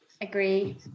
Agree